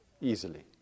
Easily